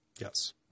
Yes